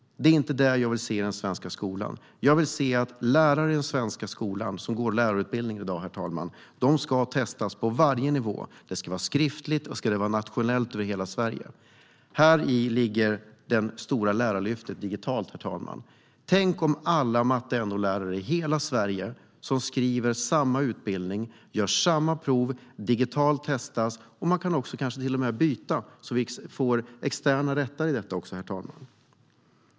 Så vill jag inte ha det. Jag vill att de som går lärarutbildningen testas på varje nivå. Det ska vara skriftligt och nationellt över hela Sverige. Herr talman! Häri ligger det stora lärarlyftet. Tänk om alla som går lärarutbildningen i matte och NO gör samma prov och testas digitalt. Kanske kan man till och med byta med varandra så att det blir externa rättare. Herr talman!